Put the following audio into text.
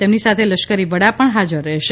તેમની સાથે લશ્કરી વડા પણ હાજર રહેશે